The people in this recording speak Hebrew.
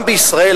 גם בישראל,